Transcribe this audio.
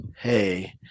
hey